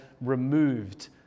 removed